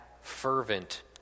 fervent